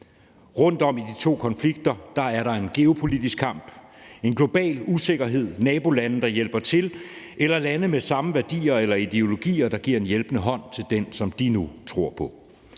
Rundt om de to konflikter er der en geopolitisk kamp, en global usikkerhed. Der er nabolande, der hjælper til, og lande med samme værdier eller ideologier, der giver en hjælpende hånd til den part, som de nu tror på.